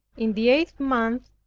in the eighth month,